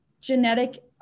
genetic